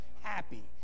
happy